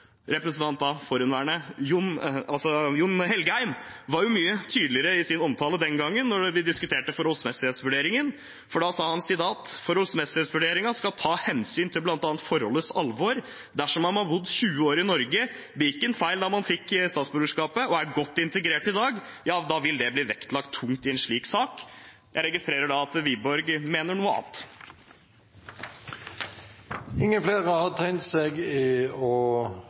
forhenværende representant Jon Engen-Helgheim, var mye tydeligere i sin omtale den gangen forholdsmessighetsvurderingen ble diskutert. Da sa han: «Forholdsmessighetsvurderingen skal ta hensyn til bl.a. forholdets alvor. Dersom man har bodd 20 år i Norge, begikk en feil da man fikk det, og er godt integrert i dag, vil det bli vektlagt tungt i en slik sak.» Jeg registrerer at representanten Wiborg mener noe annet. Flere har ikke bedt om ordet til sak nr. 4. Etter ønske fra kommunal- og